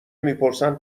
میپرسن